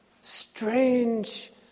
strange